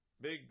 big